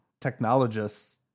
technologists